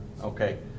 okay